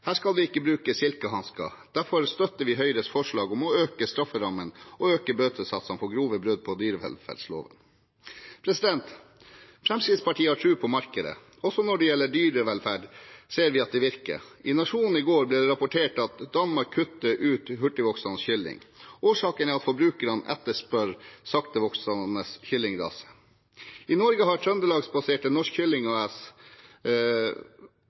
skal vi ikke bruke silkehansker. Derfor støtter vi Høyres forslag om å øke strafferammen og øke bøtesatsene for grove brudd på dyrevelferdsloven. Fremskrittspartiet har tro på markedet. Også når det gjelder dyrevelferd, ser vi at det virker. I Nationen nylig ble det rapportert at Danmark kutter ut hurtigvoksende kylling. Årsaken er at forbrukerne etterspør saktevoksende kyllingraser. I Norge har trøndelagsbaserte Norsk Kylling AS